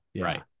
Right